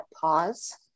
pause